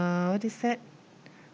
what is said